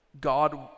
God